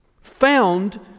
found